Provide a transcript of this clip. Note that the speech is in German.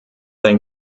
ein